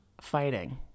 fighting